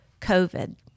COVID